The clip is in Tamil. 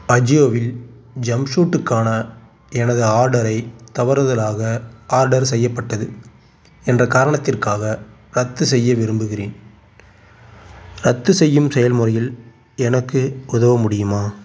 அஜியோவில் ஜம்ப்சூட்டுக்கான எனது ஆடரை தவறுதலாக ஆர்டர் செய்யப்பட்டது என்ற காரணத்திற்காக ரத்து செய்ய விரும்புகிறேன் ரத்துசெய்யும் செயல்முறையில் எனக்கு உதவ முடியுமா